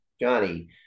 johnny